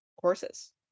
courses